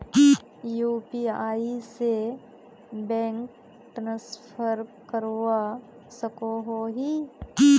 UPI से bank transfer करवा सकोहो ही?